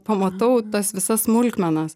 pamatau tas visas smulkmenas